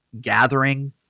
gathering